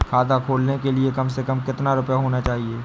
खाता खोलने के लिए कम से कम कितना रूपए होने चाहिए?